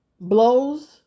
blows